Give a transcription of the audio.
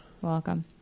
Welcome